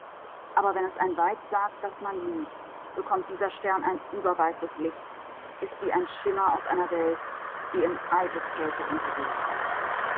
aber wenn es ein weib sagt das man liebt bekommt dieser stern ein überweißes licht ist wie ein schimmer aus einer welt die in eiseskälte untergeht